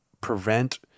prevent